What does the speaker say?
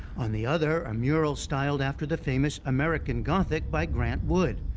on the other, a mural styled after the famous american gothic by grant wood,